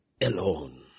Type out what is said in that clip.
alone